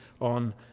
on